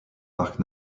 parc